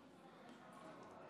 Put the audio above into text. חברי